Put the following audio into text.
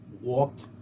walked